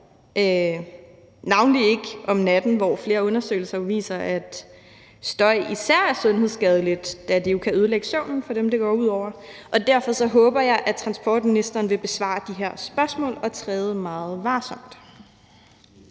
navnlig ikke om natten, hvor flere undersøgelser viser, at støj især er sundhedsskadeligt, da det jo kan ødelægge søvnen for dem, det går ud over. Derfor håber jeg, at transportministeren vil besvare de her spørgsmål og træde meget varsomt.